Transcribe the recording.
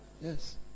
Yes